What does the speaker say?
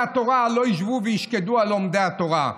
התורה לא ישבו וישקדו על לימוד התורה.